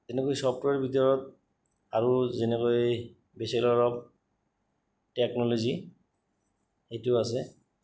তেনেকৈ ছফ্টৱেৰ ভিতৰত আৰু যেনেকৈ বেচেলৰ অফ টেকন'লজি সেইটো আছে